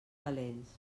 valents